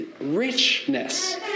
richness